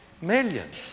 millions